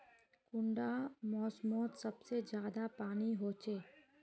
कुंडा मोसमोत सबसे ज्यादा पानी होचे?